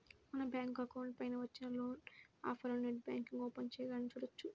మన bank account పైన వచ్చిన లోన్ ఆఫర్లను నెట్ బ్యాంకింగ్ ఓపెన్ చేయగానే చూడవచ్చు